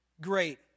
great